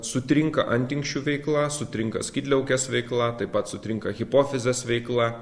sutrinka antinksčių veikla sutrinka skydliaukės veikla taip pat sutrinka hipofizės veikla